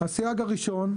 הסייג הראשון,